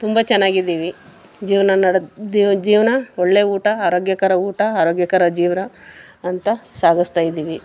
ತುಂಬ ಚೆನ್ನಾಗಿದ್ದೀವಿ ಜೀವನ ನಡ್ದು ಜೀವನ ಒಳ್ಳೆ ಊಟ ಆರೋಗ್ಯಕರ ಊಟ ಆರೋಗ್ಯಕರ ಜೀವನ ಅಂತ ಸಾಗಿಸ್ತಾಯಿದ್ದೀವಿ